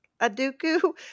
Aduku